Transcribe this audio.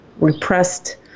repressed